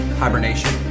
hibernation